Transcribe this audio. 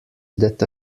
that